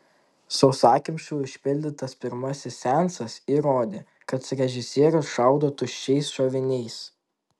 sausakimšai užpildytas pirmasis seansas įrodė kad režisierius šaudo tuščiais šoviniais